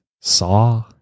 saw